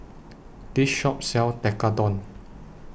This Shop sells Tekkadon